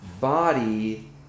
body